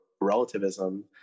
relativism